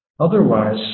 Otherwise